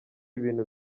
ibintu